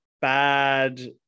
bad